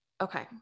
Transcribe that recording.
okay